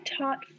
taught